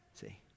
see